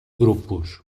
grupos